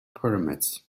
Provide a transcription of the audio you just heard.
pyramids